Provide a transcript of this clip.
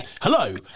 Hello